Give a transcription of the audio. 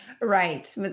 Right